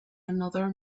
another